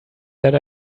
that